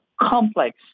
complex